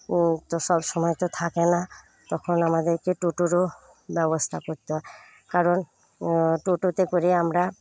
ও তো সবসময় তো থাকে না তখন আমাদেরকে টোটোরও ব্যবস্থা করতে হয় কারণ টোটোতে করে আমরা